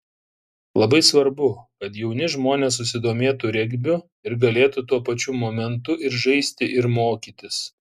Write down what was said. labai svarbu kad jauni žmonės susidomėtų regbiu ir galėtų tuo pačiu momentu ir žaisti ir mokytis